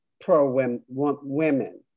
pro-women